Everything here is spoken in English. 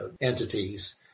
entities